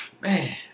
man